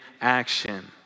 action